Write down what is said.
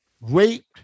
raped